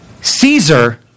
Caesar